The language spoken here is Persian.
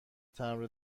تمبر